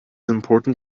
important